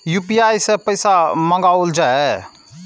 UPI सै पैसा मंगाउल जाय?